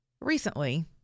Recently